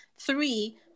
three